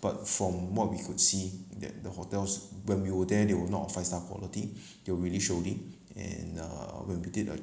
but from what we could see that the hotels when we were there they were not a five star quality they were really shady and uh when we did a